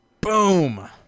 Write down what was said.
Boom